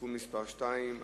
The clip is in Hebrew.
(תיקון מס' 2),